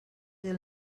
del